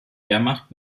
wehrmacht